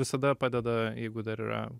visada padeda jeigu dar yra